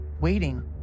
waiting